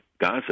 Gaza